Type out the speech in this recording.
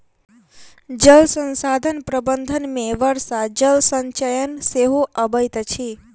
जल संसाधन प्रबंधन मे वर्षा जल संचयन सेहो अबैत अछि